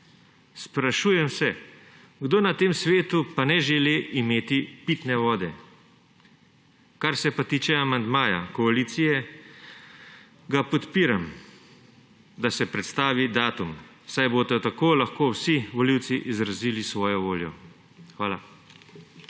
Sprašujem se, kdo na tem svetu pa ne želi imeti pitne vode. Kar se pa tiče amandmaja koalicije, ga podpiram, da se prestavi datum, saj bodo tako lahko vsi volivci izrazili svojo voljo. Hvala.